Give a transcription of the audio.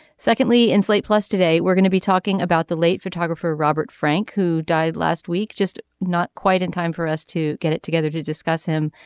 secondly in slate plus today we're going to be talking about the late photographer robert frank who died last week just not quite in time for us to get it together to discuss him.